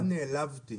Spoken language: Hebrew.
אני נעלבתי